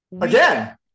again